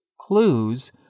clues